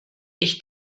ich